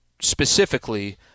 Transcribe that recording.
specifically